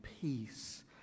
peace